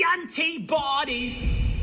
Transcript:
antibodies